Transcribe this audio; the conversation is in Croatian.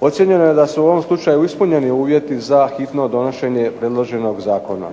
ocijenjeno je da su u ovom slučaju ispunjeni uvjeti za hitno donošenje predloženog zakona.